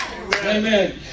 amen